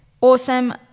awesome